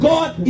God